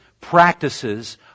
practices